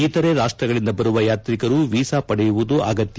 ಇತರೆ ರಾಷ್ಟಗಳಿಂದ ಬರುವ ಯಾತ್ರಿಕರು ವೀಸಾ ಪಡೆಯುವುದು ಅಗತ್ಯ